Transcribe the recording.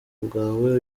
bwawe